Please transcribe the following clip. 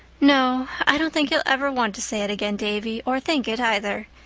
no, i don't think you'll ever want to say it again, davy or think it, either.